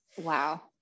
Wow